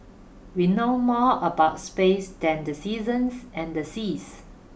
we know more about space than the seasons and the seas